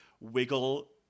wiggle